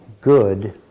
good